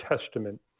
Testament